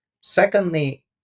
Secondly